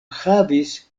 havis